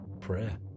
Prayer